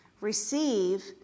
Receive